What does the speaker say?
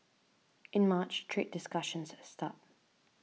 in March trade discussions start